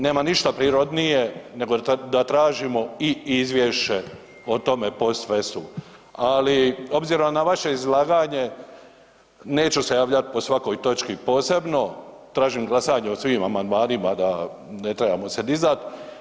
Nema ništa prirodnije negoli da tražimo i izvješće o tome post festum, ali obzirom na vaše izlaganje neću se javljati po svakoj točki posebno, tražim glasanje o svim amandmanima da se ne trebamo dizat.